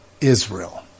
Israel